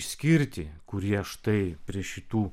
išskirti kurie štai prie šitų